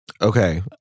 Okay